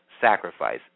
sacrifice